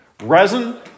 resin